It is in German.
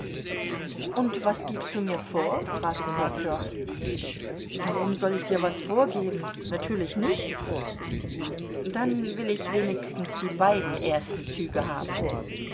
und was gibst du mir vor fragte nosdrjow warum soll ich dir was vorgeben natürlich nichts dann will ich wenigstens die beiden ersten züge haben